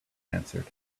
answered